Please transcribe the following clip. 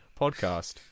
Podcast